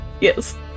Yes